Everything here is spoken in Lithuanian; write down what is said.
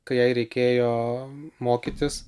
kai jai reikėjo mokytis